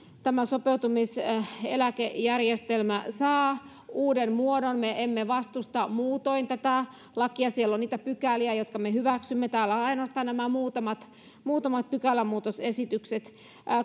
tämä sopeutumiseläkejärjestelmä saa uuden muodon me emme vastusta muutoin tätä lakia siellä on niitä pykäliä jotka me hyväksymme täällä ovat ainoastaan nämä muutamat muutamat pykälämuutosesitykset